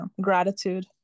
Gratitude